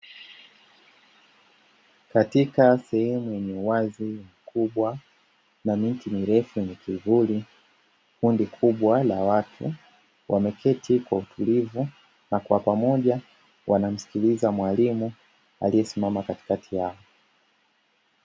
Katika sehemu yenye uwazi mkubwa, kuna miti mirefu yenye kivuli, kundi kubwa la watu wameketi kutulivu na kwa pamoja wanamsikiliza mwalimu aliyesimama katikati yao.